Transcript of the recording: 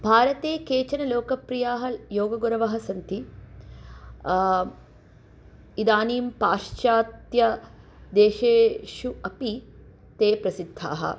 भारते केचन लोकप्रियाः योगगुरवः सन्ति इदानीं पाश्चात्यदेशेषु अपि ते प्रसिद्धाः